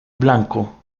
blanco